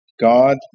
god